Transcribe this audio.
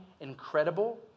incredible